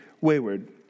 wayward